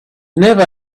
never